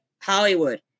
Hollywood